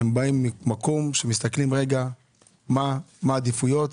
הוא בא ממקום שמסתכלים רגע מה העדיפויות.